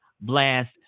blast